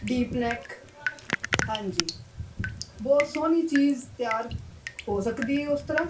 deep neck ਹਾਂਜੀ ਬਹੁਤ ਸੋਹਣੀ ਚੀਜ਼ ਤਿਆਰ ਹੋ ਸਕਦੀ ਹੈ ਉਸ ਤਰ੍ਹਾਂ